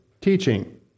teaching